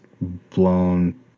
blown